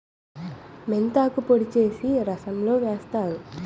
మెంతాకు పొడి చేసి రసంలో వేస్తారు